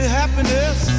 happiness